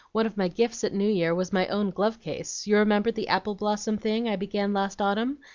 one of my gifts at new year was my own glove-case you remember the apple-blossom thing i began last autumn?